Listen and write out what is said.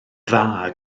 dda